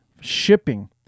Shipping